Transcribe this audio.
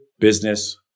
business